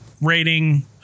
rating